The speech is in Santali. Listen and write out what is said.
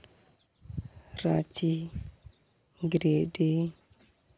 ᱨᱟᱸᱪᱤ ᱜᱤᱨᱤᱰᱤ